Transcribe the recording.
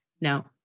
no